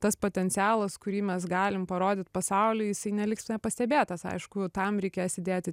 tas potencialas kurį mes galim parodyt pasauliui jisai neliks nepastebėtas aišku tam reikės įdėti